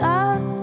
up